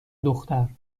دختر